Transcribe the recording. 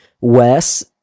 Wes